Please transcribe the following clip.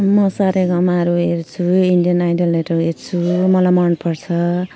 म सारेगामाहरू हेर्छु इन्डियन आइडलहरू हेर्छु मलाई मनपर्छ